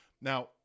now